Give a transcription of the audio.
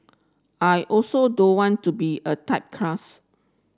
I also don't want to be a typecast